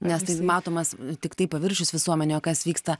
nes tai matomas tiktai paviršius visuomenėje o kas vyksta